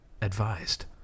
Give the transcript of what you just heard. advised